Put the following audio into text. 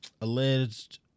alleged